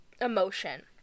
emotion